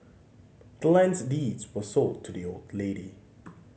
the land's deeds was sold to the old lady